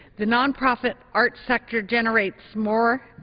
the nonprofit art sector generates more,